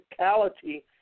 Physicality